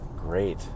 Great